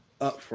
Upfront